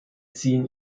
ziehen